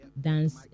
dance